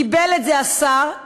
קיבל את זה השר,